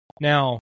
Now